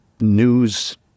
news